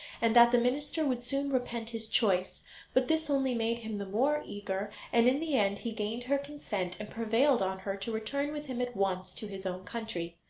and that the minister would soon repent his choice but this only made him the more eager, and in the end he gained her consent, and prevailed on her to return with him at once to his own country.